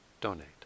donate